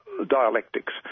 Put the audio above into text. dialectics